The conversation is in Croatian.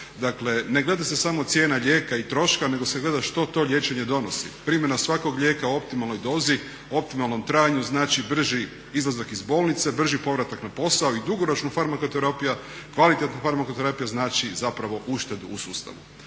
Dakle, ne gleda se samo cijena lijeka i troška nego se gleda što to liječenje donosi. Primjena svakog lijeka u optimalnoj dozi, optimalnom trajanju znači brži izlazak iz bolnice, brži povratak na posao i dugoročna farmakoterapija i kvalitetna farmakoterapija znači zapravo uštedu u sustavu.